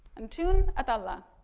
antun attallah.